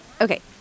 Okay